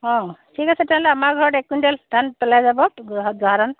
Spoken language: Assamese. অঁ ঠিক আছে তেতিয়াহ'লে আমাৰ ঘৰত এক কুইণ্টেল ধান পলাই যাব জহা ধান